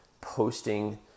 posting